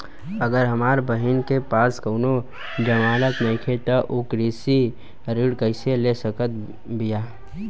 अगर हमार बहिन के पास कउनों जमानत नइखें त उ कृषि ऋण कइसे ले सकत बिया?